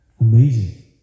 Amazing